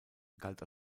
galt